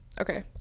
Okay